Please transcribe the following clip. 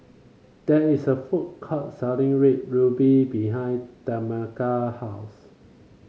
there is a food court selling Red Ruby behind Tameka house